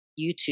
YouTube